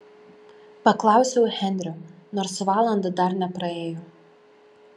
paklausiau henrio nors valanda dar nepraėjo